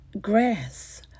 grass